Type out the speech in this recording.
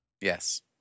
Yes